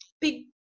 big